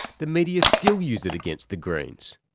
the media still use it against the greens.